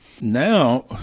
Now